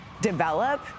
develop